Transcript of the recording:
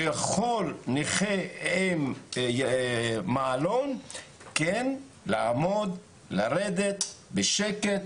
שיכול נכה עם מעלון לעמוד ולרדת בשקט,